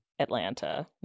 Atlanta